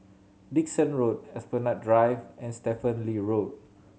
Dickson Road Esplanade Drive and Stephen Lee Road